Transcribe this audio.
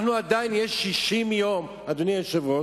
עדיין יש 60 יום, אדוני היושב-ראש,